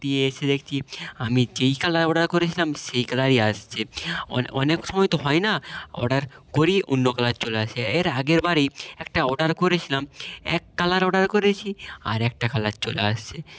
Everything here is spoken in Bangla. দিয়ে এসে দেখছি আমি যেই কালার অর্ডার করেছিলাম সেই কালারই আসছে অনেক সময় তো হয় না অর্ডার করি অন্য কালার চলে আসে এর আগের বারেই একটা অর্ডার করেছিলাম এক কালার অর্ডার করেছি আর একটা কালার চলে আসছে